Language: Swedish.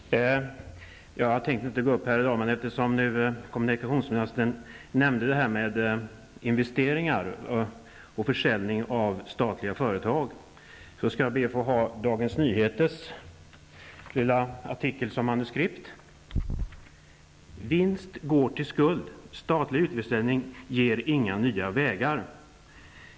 Fru talman! Jag tänkte inte gå upp i debatten i dag, men eftersom kommunikationsministern nämnde diskussionen om investeringar och försäljning av statliga företag vill jag säga några ord med Dagens ''Vinst går till skuld, Statlig utförsäljning ger inga nya vägar'', lyder rubriken.